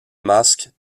masque